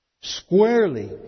squarely